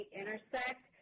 intersect